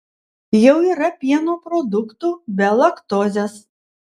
jau yra pieno produktų be laktozes